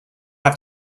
have